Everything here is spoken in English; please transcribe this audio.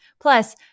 Plus